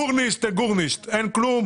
גורנישט מיט גורנישט; אין כלום.